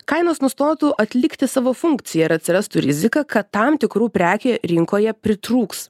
kainos nustotų atlikti savo funkciją ir atsirastų rizika kad tam tikrų prekė rinkoje pritrūks